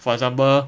for example